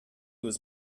was